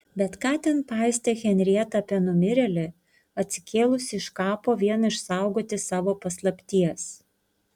bet ką ten paistė henrieta apie numirėlį atsikėlusį iš kapo vien išsaugoti savo paslapties